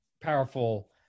powerful